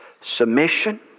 submission